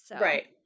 Right